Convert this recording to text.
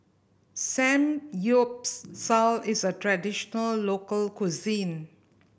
samgyeopsal is a traditional local cuisine